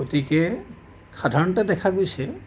গতিকে সাধাৰণতে দেখা গৈছে